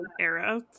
era